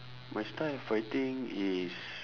my style of fighting is